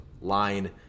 line